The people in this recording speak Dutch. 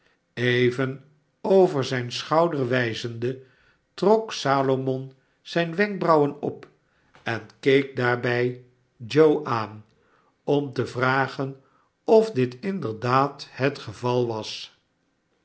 even over zijn schouder wijzende trok salomon zijn wenkbrauwen op en keek daarbij joe aan om te vragen of dit inderdaad het geval was